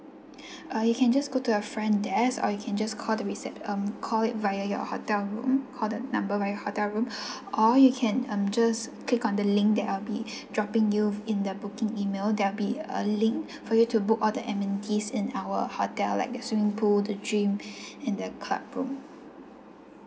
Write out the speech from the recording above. uh you can just go to the front desk or you can just call the recept~ um call it by your hotel room call the number by your hotel room or you can um just click on the link that I'll be dropping you in the booking email there'll be a link for you to book all the amenities in our hotel like the swimming pool the gym and the club room